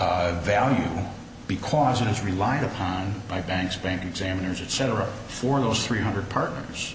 value because it is reliant upon by banks bank examiners etc for those three hundred partners